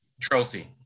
trophy